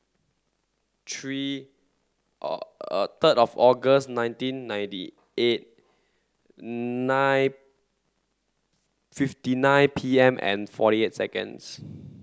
three third of August nineteen ninety eight nine fifty nine P M and forty eight seconds